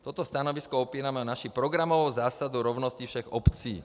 Toto stanovisko opírám o naši programovou zásadu rovnosti všech obcí.